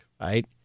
right